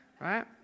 right